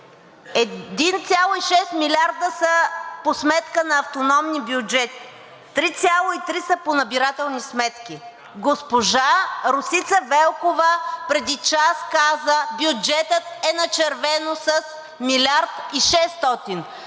1,6 милиарда са по сметка на автономни бюджети, а 3,3 милиарда са по набирателни сметки. Госпожа Росица Велкова преди час каза: бюджетът е на червено с 1 милиард